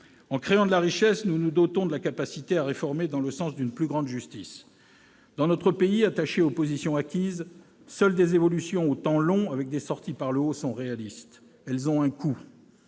En créant de la richesse, nous nous dotons de la capacité à réformer dans le sens d'une plus grande justice. Dans notre pays attaché aux positions acquises, seules des évolutions au temps long avec des sorties par le haut sont réalistes. Elles ont un coût.